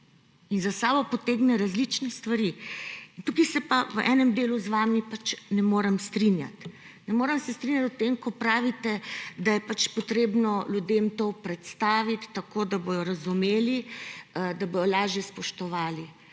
in za sabo potegnejo različne stvari. Tukaj se pa v enem delu z vami ne morem strinjati. Ne morem se strinjati v tem, ko pravite, da je potrebno ljudem to predstaviti, tako da bodo razumeli, da bodo lažje spoštovali.